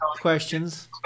questions